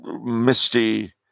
misty